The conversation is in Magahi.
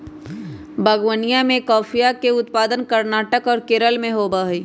बागवनीया में कॉफीया के उत्पादन कर्नाटक और केरल में होबा हई